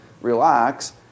relax